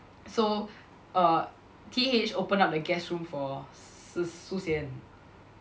so uh T_H open up the guest room for S~ Su Xian